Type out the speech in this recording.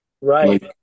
Right